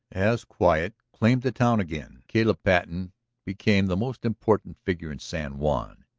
as quiet claimed the town again caleb patten became the most important figure in san juan.